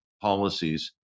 policies